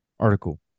article